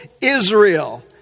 Israel